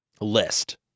list